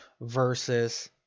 versus